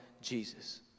Jesus